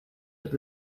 het